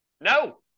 no